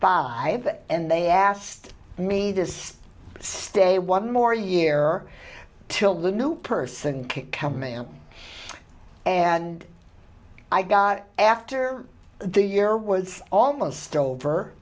five and they asked me this stay one more year till the new person can come am and i got after the year was almost